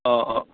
অঁ অঁ